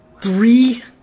three